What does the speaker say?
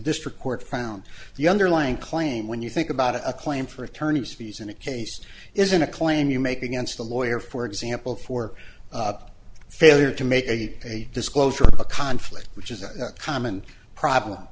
district court found the underlying claim when you think about it a claim for attorney's fees in a case isn't a claim you make against a lawyer for example for failure to make a disclosure of a conflict which is a common problem